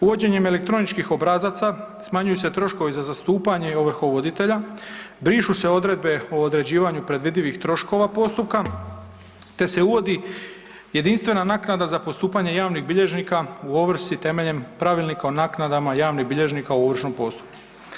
Uvođenjem elektroničkih obrazaca smanjuju se troškovi za zastupanje i ovrhovoditelja, brišu se odredbe o određivanju predvidivih troškova postupka te se uvodi jedinstvena naknada za postupanje javnih bilježnika u ovrsi temeljem Pravilnika o naknadama javnih bilježnika u ovršnom postupku.